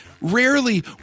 rarely